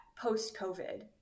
post-COVID